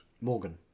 Morgan